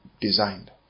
designed